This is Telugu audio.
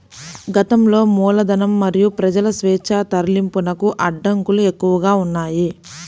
గతంలో మూలధనం మరియు ప్రజల స్వేచ్ఛా తరలింపునకు అడ్డంకులు ఎక్కువగా ఉన్నాయి